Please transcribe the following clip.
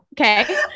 Okay